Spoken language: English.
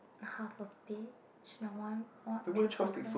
half a bit no want what three quarter